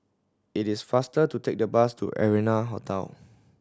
it is faster to take the bus to Arianna Hotel